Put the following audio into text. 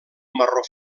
marró